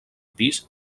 pis